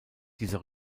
dieser